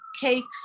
cakes